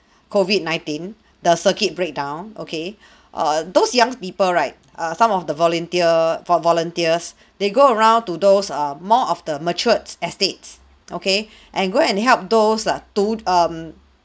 COVID nineteen the circuit breakdown okay err those young people right err some of the volunteer for volunteers they go around to those err more of the matured estates okay and go and help those ah to um